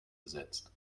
ersetzt